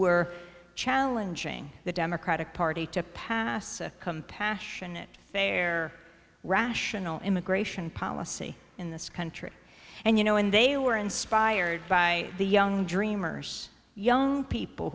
were challenging the democratic party to pass a compassionate fair rational immigration policy in this country and you know and they were inspired by the young dreamers young people